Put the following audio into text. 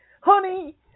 honey